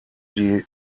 die